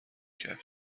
کرد